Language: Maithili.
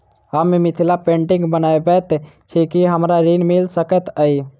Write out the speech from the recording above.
हम मिथिला पेंटिग बनाबैत छी की हमरा ऋण मिल सकैत अई?